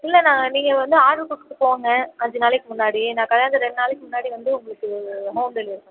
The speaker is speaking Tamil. இல்லை நாங்கள் நீங்கள் வந்து ஆட்ரு கொடுத்துட்டு போங்க அஞ்சு நாளைக்கு முன்னாடி நான் கல்யாணத்துக்கு ரெண்டு நாளைக்கு முன்னாடி வந்து உங்களுக்கு ஹோம் டெலிவரி பண்